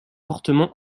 fortement